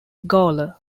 gawler